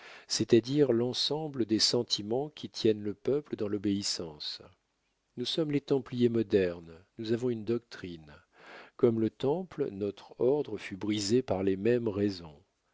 c'est-à-dire l'ensemble des sentiments qui tiennent le peuple dans l'obéissance nous sommes les templiers modernes nous avons une doctrine comme le temple notre ordre fut brisé par les mêmes raisons